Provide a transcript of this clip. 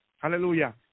Hallelujah